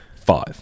Five